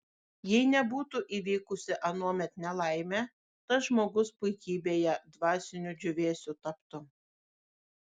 jei nebūtų įvykusi anuomet nelaimė tas žmogus puikybėje dvasiniu džiūvėsiu taptų